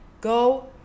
go